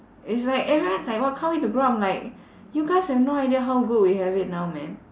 it's like everyone is like !wah! can't wait to grow up I'm like you guys have no idea how good we have it now [man]